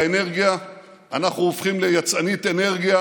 באנרגיה אנחנו הופכים ליצאנית אנרגיה